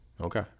Okay